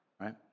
right